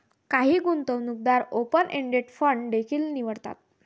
काही गुंतवणूकदार open ended fund देखील निवडतात